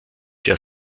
der